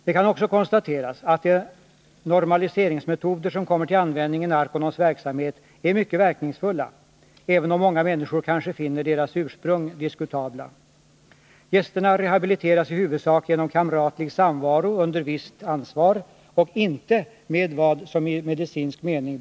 Det kan också konstateras att de normaliseringsmetoder som kommer till användning i Narconons verksamhet är mycket verkningsfulla — även om många människor kanske finner deras ursprung diskutabelt. Gästerna Nr 134 rehabiliteras i huvudsak genom kamratlig samvaro under visst ansvar och Torsdagen den inte med vad som benämns ”vård” i medicinsk mening.